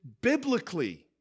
biblically